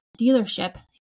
dealership